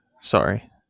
Sorry